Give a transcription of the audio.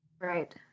Right